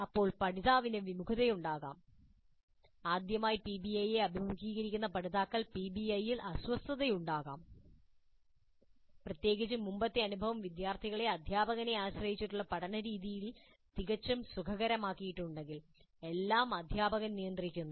അപ്പോൾ പഠിതാവിന് വിമുഖതയുണ്ടാകാം ആദ്യമായി പിബിഐയെ അഭിമുഖീകരിക്കുന്ന പഠിതാക്കൾക്ക് പിബിഐയിൽ അസ്വസ്ഥതയുണ്ടാകാം പ്രത്യേകിച്ചും മുമ്പത്തെ അനുഭവം വിദ്യാർത്ഥികളെ അധ്യാപകനെ ആശ്രയിച്ചുള്ള പഠനരീതിയിൽ തികച്ചും സുഖകരമാക്കിയിട്ടുണ്ടെങ്കിൽ എല്ലാം അധ്യാപകൻ നിയന്ത്രിക്കുന്നു